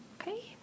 Okay